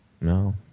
no